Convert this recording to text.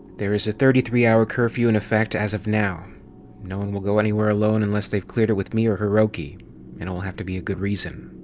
there is a thirty-three-hour ah curfew in effect as of now no one will go anywhere alone unless they've cleared it with me or hiroki, and it will have to be a good reason.